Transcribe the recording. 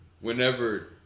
whenever